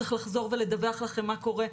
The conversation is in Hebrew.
צריך לחזור ולדווח לכם מה קורה,